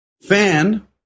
fan